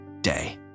day